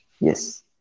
Yes